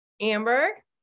amber